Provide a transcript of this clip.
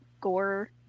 gore